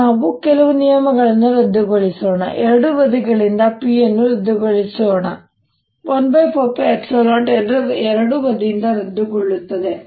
ಈಗ ನಾವು ಕೆಲವು ನಿಯಮಗಳನ್ನು ರದ್ದುಗೊಳಿಸೋಣ ಎರಡೂ ಬದಿಗಳಿಂದ P ರದ್ದುಗೊಳಿಸುವುದನ್ನು ನೋಡುತ್ತೇವೆ14π0 ಎರಡೂ ಬದಿಗಳಿಂದ ರದ್ದುಗೊಳ್ಳುತ್ತದೆ